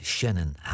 Shannon